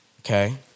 okay